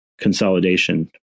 consolidation